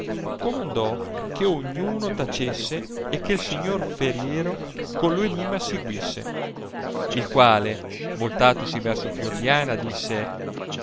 comandò che ogni uno tacesse e che l signor feriero con lo enimma seguisse il quale voltatosi verso fiordiana disse